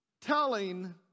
telling